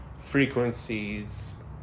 frequencies